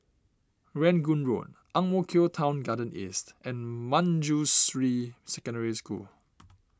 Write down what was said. Rangoon Road Ang Mo Kio Town Garden East and Manjusri Secondary School